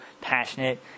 Passionate